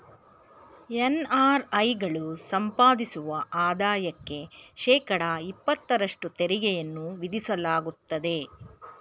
NRI ಗಳು ಸಂಪಾದಿಸುವ ಆದಾಯಕ್ಕೆ ಶೇಕಡ ಇಪತ್ತಷ್ಟು ತೆರಿಗೆಯನ್ನು ವಿಧಿಸಲಾಗುತ್ತದೆ